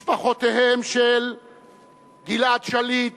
משפחותיהם של גלעד שליט,